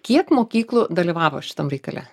kiek mokyklų dalyvavo šitam reikale